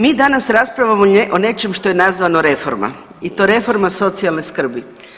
Mi danas raspravljamo o nečem što je nazvano reforma i to reforma socijalne skrbi.